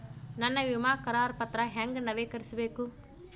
ನನ್ನ ವಿಮಾ ಕರಾರ ಪತ್ರಾ ಹೆಂಗ್ ನವೇಕರಿಸಬೇಕು?